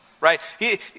right